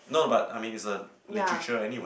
no but I mean it's a literature anyway